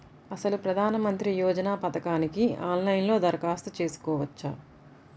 అసలు ప్రధాన మంత్రి యోజన పథకానికి ఆన్లైన్లో దరఖాస్తు చేసుకోవచ్చా?